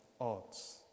odds